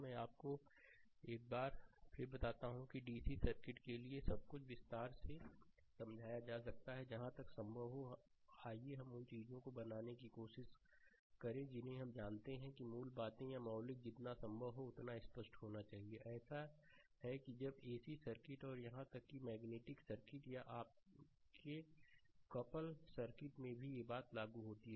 मैं आपको एक बार फिर बताता हूं कि डीसी सर्किट के लिए सब कुछ विस्तार से समझाया जा रहा है जहां तक संभव हो आइए हम उन चीजों को बनाने की कोशिश करें जिन्हें आप जानते हैं कि मूल बातें या मौलिक जितना संभव हो उतना स्पष्ट होना चाहिए ऐसा है कि जब एसी सर्किट और यहां तक कि मैग्नेटिक सर्किट या आपके कपल सर्किट में भी यही बात लागू होगी